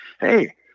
hey